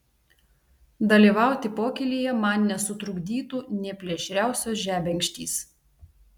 dalyvauti pokylyje man nesutrukdytų nė plėšriausios žebenkštys